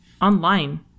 online